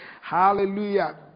Hallelujah